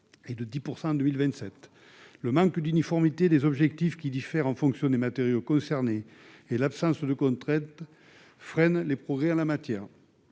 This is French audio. et de 10 % en 2027. Le manque d'uniformité des objectifs, qui diffèrent en fonction des matériaux concernés, et l'absence de contraintes freinent les progrès en la matière.